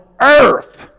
earth